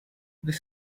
this